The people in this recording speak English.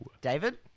David